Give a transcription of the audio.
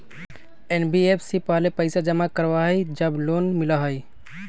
NBFC पहले पईसा जमा करवहई जब लोन मिलहई?